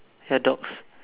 ya dogs